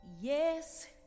Yes